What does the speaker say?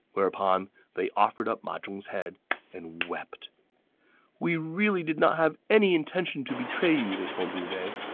whereupon they offered up ma zhong's head and wept we really did not have any intention to betray you, they told liu bei.